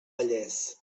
vallès